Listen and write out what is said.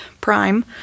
Prime